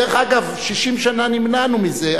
דרך אגב, 60 שנה נמנענו מזה.